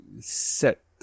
set